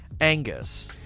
Angus